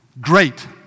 Great